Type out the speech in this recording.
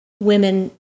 Women